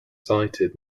sited